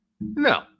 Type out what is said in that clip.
No